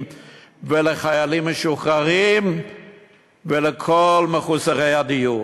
ולחיילים משוחררים ולכל מחוסרי הדיור.